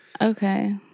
Okay